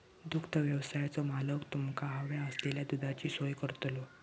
दुग्धव्यवसायाचो मालक तुमका हव्या असलेल्या दुधाची सोय करतलो